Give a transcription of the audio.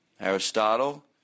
Aristotle